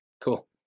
Cool